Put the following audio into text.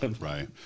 Right